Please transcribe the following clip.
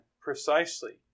precisely